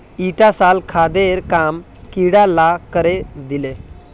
ईटा साल खादेर काम कीड़ा ला करे दिले